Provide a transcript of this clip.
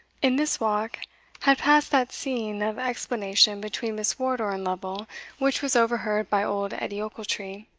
in this walk had passed that scene of explanation between miss wardour and lovel which was overheard by old edie ochiltree.